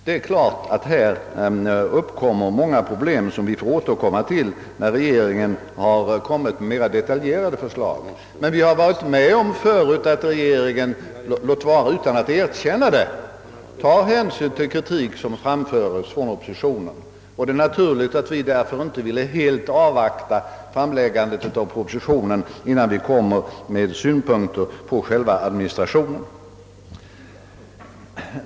Det är klart att här uppkommer många problem, som vi får återkomma till när regeringen har kommit med mera detaljerade förslag, men vi har varit med om förut att regeringen, låt vara utan att erkänna det, tar hänsyn till kritik som framföres från OoOppositionen, Det är naturligt att vi bl.a. av detta skäl inte ville helt avvakta framläggandet av propositionen innan vi kommer med offentligt framförda synpunkter på själva administrationen.